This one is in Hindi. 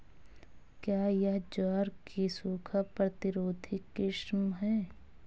क्या यह ज्वार की सूखा प्रतिरोधी किस्म है?